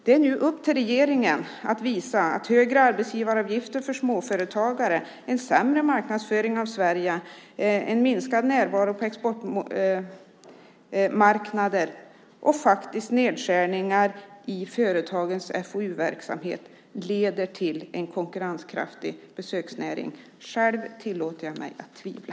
Det är upp till regeringen att visa att högre arbetsgivaravgifter för småföretagare, sämre marknadsföring för Sverige, minskad närvaro på exportmarknader och nedskärningar i företagens FoU-verksamhet leder till en konkurrenskraftig besöksnäring. Själv tillåter jag mig att tvivla.